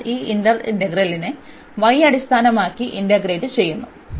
അതിനാൽ ഈ ഇന്നർ ഇന്റെഗ്രലിനെ y അടിസ്ഥാനമാക്കി ഇന്റഗ്രേറ്റ് ചെയ്യുന്നു